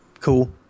Cool